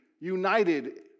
united